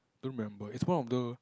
don't remember it's one of the